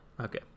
Okay